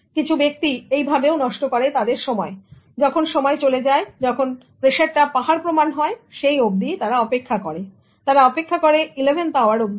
কিছু ব্যক্তি এইভাবেও নষ্ট করে তাদের সময় যখন সময় চলে যায় যখন প্রেশারটা পাহাড়প্রমাণ হয় সেই অবধি তারা অপেক্ষা করে তারা অপেক্ষা করে ইলেভেন্থ আওয়ার অবধি